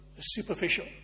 superficial